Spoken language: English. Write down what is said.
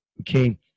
Okay